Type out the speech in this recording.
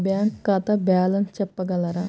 నా బ్యాంక్ ఖాతా బ్యాలెన్స్ చెప్పగలరా?